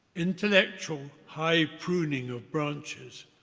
intellectual high pruning of branches